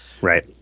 right